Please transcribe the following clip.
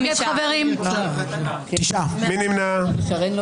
הצבעה לא אושרו.